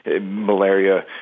malaria